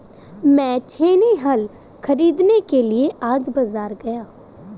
मैं छेनी हल खरीदने के लिए आज बाजार गया